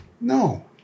No